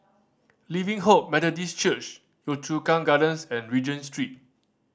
Living Hope Methodist Church Yio Chu Kang Gardens and Regent Street